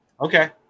okay